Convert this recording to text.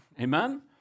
Amen